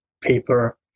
paper